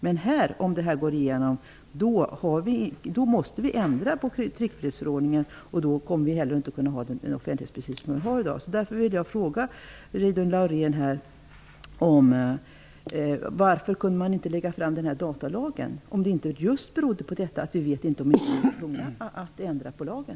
Men om EG direktivet går igenom måste vi ändra på tryckfrihetsförordningen, och då kommer vi inte heller att kunna ha den offentlighetsprincip som vi har i dag. Jag vill därför fråga Reidunn Laurén: Varför kunde regeringen inte lägga fram förslaget om datalagen, om det inte just berodde på detta? Vi vet inte om vi blir tvungna att ändra på lagen.